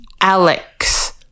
Alex